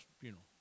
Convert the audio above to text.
funeral